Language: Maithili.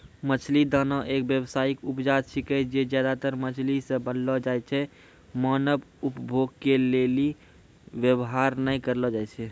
मछली दाना एक व्यावसायिक उपजा छिकै जे ज्यादातर मछली से बनलो छै जे मानव उपभोग के लेली वेवहार नै करलो जाय छै